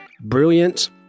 brilliant